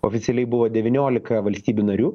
oficialiai buvo devyniolika valstybių narių